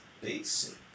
Basic